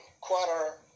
quarter